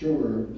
Sure